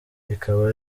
ikaba